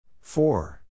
four